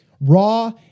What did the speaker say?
raw